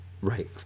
right